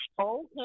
Okay